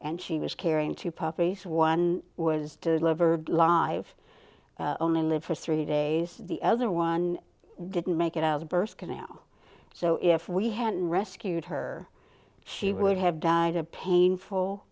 and she was carrying two puppies one was delivered live only live for three days the other one didn't make it out burst can now so if we hadn't rescued her she would have died a painful